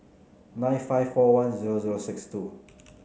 nine five four one zero zero six two